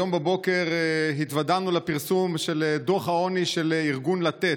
היום בבוקר התוודענו לפרסום דוח העוני של ארגון לתת.